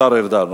השר ארדן.